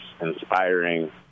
inspiring